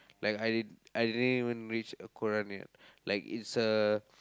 like I didn't I didn't even reach Quran yet like it's a